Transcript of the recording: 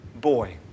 boy